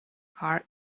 car